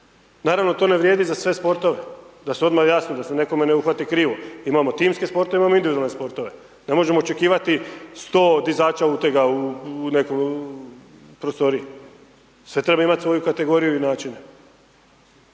Naravno to ne vrijedi za sve sportove, da se odmah jasno, da se netko me ne uhvati krivo. Imamo timske sportove, imamo individualne sportove. Ne možemo očekivati 100 dizača utega u nekoj prostoriji. Sve treba imati svoju kategoriju i načine.